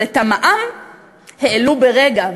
אבל את המע"מ העלו ברגע,